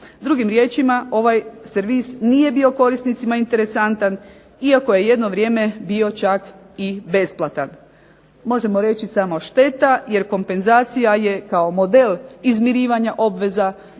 Drugim riječima, ovaj servis nije bio korisnicima interesantan iako je jedno vrijeme bio čak i besplatan. Možemo reći samo šteta, jer kompenzacija je kao model izmirivanja obveza bez